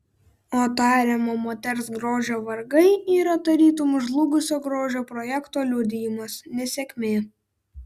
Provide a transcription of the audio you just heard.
o tariamo moters grožio vargai yra tarytum žlugusio grožio projekto liudijimas nesėkmė